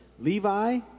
Levi